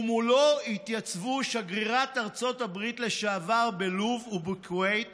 ומולו התייצבו שגרירת ארצות הברית לשעבר בלוב ובכווית